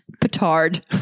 petard